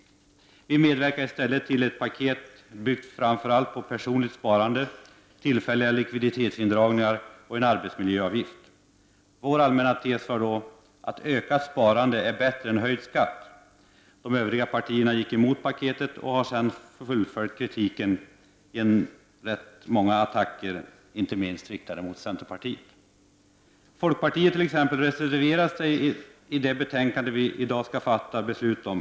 Vi i centern medverkade i stället till ett paket byggt framför allt på personligt sparande, tillfälliga likviditetsindragningar och en arbetsmiljöavgift. Vår allmänna tes var att ökat sparande är bättre än höjd skatt. De övriga partierna gick emot paketet och har sedan fullföljt kritiken genom rätt många attacker, inte minst riktade mot centerpartiet. Folkpartiet reserverar sig i det betänkande som vi i dag skall fatta beslut om.